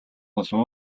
болов